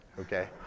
okay